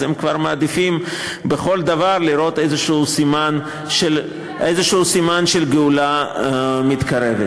אז הם כבר מעדיפים בכל דבר לראות איזשהו סימן של גאולה מתקרבת.